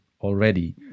already